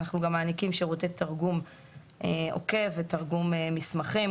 אנחנו גם מעניקים שירותי תרגום עוקב ותרגום מסמכים,